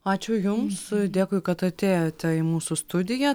ačiū jums dėkui kad atėjote į mūsų studiją